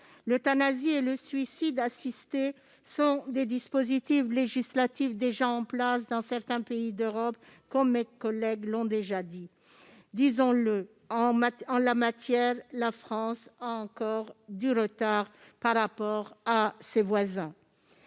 L'euthanasie et le suicide assisté sont des dispositifs législatifs déjà en place dans certains pays d'Europe, comme mes collègues l'ont déjà indiqué. Disons-le, en la matière, la France a encore du retard par rapport à ses voisins.